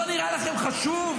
לא נראה לכם חשוב?